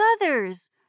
others